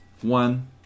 One